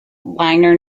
liner